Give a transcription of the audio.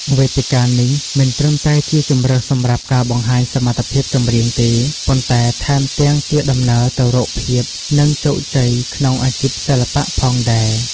វេទិកានេះមិនត្រឹមតែជាជម្រើសសម្រាប់ការបង្ហាញសមត្ថភាពចម្រៀងទេ ប៉ុន្តែថែមទាំងជាដំណើរទៅរកភាព និងជោគជ័យក្នុងអាជីពសិល្បៈផងដែរ។